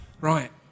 right